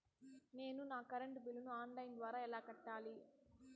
నేను నా కరెంటు బిల్లును ఆన్ లైను ద్వారా ఎలా కట్టాలి?